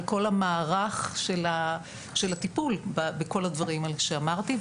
כל המערך של הטיפול בכל הדברים שאמרתי,